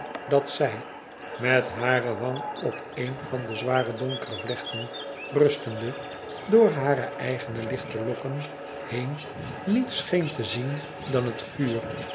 dat zij met hare wang op een van de zware donkere vlechten rustende door hare eigene lichte lokken heen niets scheen te zien dan het vuur